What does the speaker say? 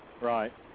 Right